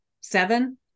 Seven